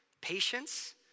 patience